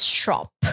Shop） 。